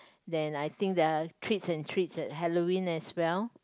then I think the tricks and treats at Halloween as well